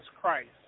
Christ